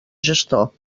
gestor